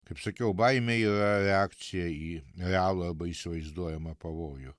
kaip sakiau baimė yra reakcija į realų arba įsivaizduojamą pavojų